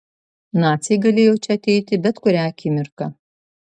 naciai galėjo čia ateiti bet kurią akimirką